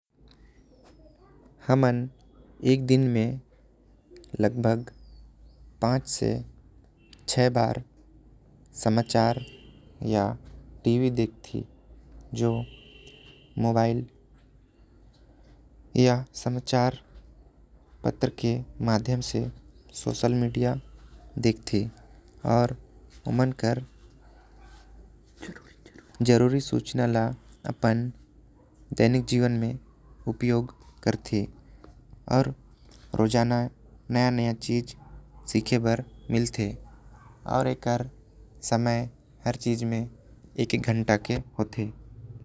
हमन एक दिन में लगभग पांच से छः बर समाचार या टीवी देखती। जो मोबाइल या समाचार पत्र के माध्यम से सोशल मीडिया देखती। और ओमन कर जरूरी सूचना न अपन दैनिक जीवन में उपयोग करती। आऊ रोजाना नया नया चीज सीखे बार मिलते। ओर एकर समय चीज मे एके घंटा के होते।